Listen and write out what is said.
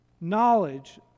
knowledge